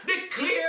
declare